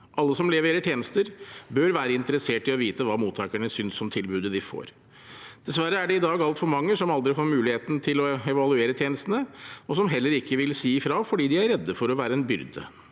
Alle som leverer tjenester, burde være interessert i å vite hva mottakerne synes om tilbudet de får. Dessverre er det i dag altfor mange som aldri får muligheten til å evaluere tjenestene, og som heller ikke vil si ifra fordi de er redde for å være en byrde.